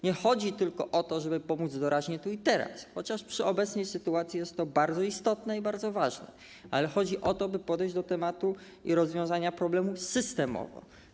Nie chodzi tylko o to, żeby pomóc doraźnie tu i teraz, chociaż przy obecnej sytuacji jest to bardzo istotne i bardzo ważne, ale chodzi o to, by podejść do tematu i rozwiązania problemów systemowo.